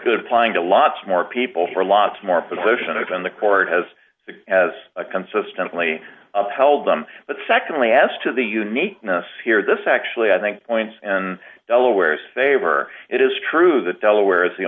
good applying to lots more people for lots more possession of and the court has as consistently upheld them but secondly as to the uniqueness here this actually i think points and delaware's favor it is true that delaware is the